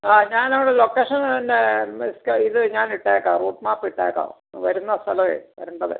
ആ ഞാൻ നമ്മുടെ ലൊക്കേഷൻ പിന്നെ നിക്കാ ഇത് ഞാൻ ഇട്ടേക്കാം റൂട്ട് മാപ്പ് ഇട്ടേക്കാം വരുന്ന സ്ഥലമേ വരേണ്ടത്